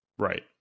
Right